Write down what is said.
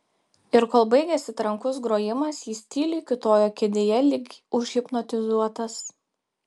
ir kol baigėsi trankus grojimas jis tyliai kiūtojo kėdėje lyg užhipnotizuotas